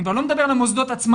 אני כבר לא מדבר על המוסדות עצמם,